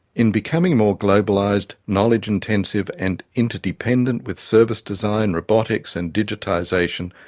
in becoming more globalised, knowledge-intensive and interdependent with service design, robotics and digitisation,